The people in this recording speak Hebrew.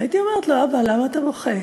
והייתי אומרת לו: אבא, למה אתה בוכה?